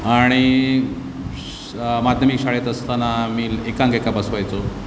आणि माध्यमिक शाळेत असताना मी एकांकिका बसवायचो